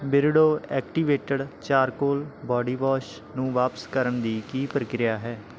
ਬਿਰਡੋ activated charcoal body wash ਨੂੰ ਵਾਪਸ ਕਰਨ ਦੀ ਕੀ ਪ੍ਰਕਿਰਿਆ ਹੈ